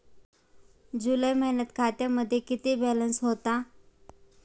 जुलै महिन्यात खात्यामध्ये किती बॅलन्स होता?